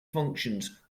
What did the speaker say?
functions